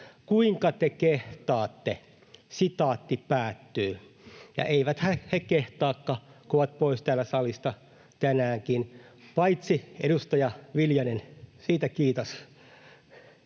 "Kuinka te kehtaatte?" Ja eiväthän he kehtaakaan, kun ovat pois täältä salista tänäänkin — paitsi edustaja Viljanen, siitä kiitos.